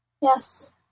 Yes